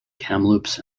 kamloops